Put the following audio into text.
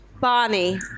Bonnie